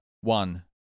One